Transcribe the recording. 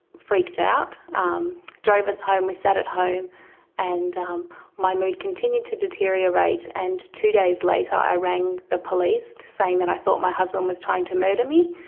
freaked out. he um drove us home, we sat at home and my mood continued to deteriorate. and two days later i rang the police, saying that i thought my husband was trying to murder me.